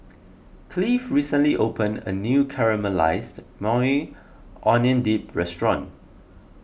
Cleave recently opened a new Caramelized Maui Onion Dip restaurant